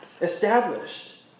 established